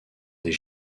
des